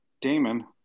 Damon